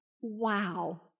Wow